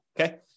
okay